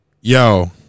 Yo